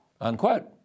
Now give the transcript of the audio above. unquote